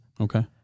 Okay